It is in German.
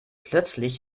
plötzlich